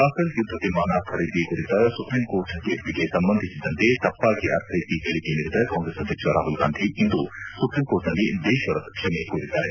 Rafael ಯುದ್ದ ವಿಮಾನ ಖರೀದಿ ಕುರಿತ ಸುಪ್ರೀಂ ಕೋರ್ಟ್ ತೀರ್ಪಿಗೆ ಸಂಬಂಧಿಸಿದಂತೆ ತಪ್ಪಾಗಿ ಅರ್ಥ್ವೇಸಿ ಹೇಳಿಕೆ ನೀಡಿದ ಕಾಂಗ್ರೆಸ್ ಅಧ್ಯಕ್ಷ ರಾಹುಲ್ ಗಾಂಧಿ ಇಂದು ಸುಪ್ರೀಂ ಕೋರ್ಟ್ನಲ್ಲಿ ಬೇಷರತ್ ಕ್ಷಮೆ ಕೋರಿದ್ದಾರೆ